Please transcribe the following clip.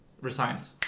resigns